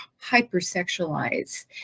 hypersexualize